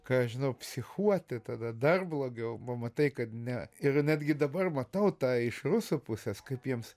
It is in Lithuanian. ką aš žinau psichuoti tada dar blogiau pamatai kad ne ir netgi dabar matau tą iš rusų pusės kaip jiems